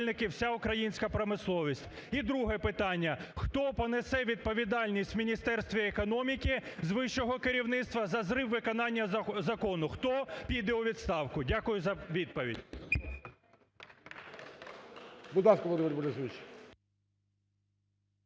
Дякую за відповідь.